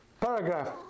paragraph